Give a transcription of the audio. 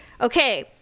Okay